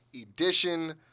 edition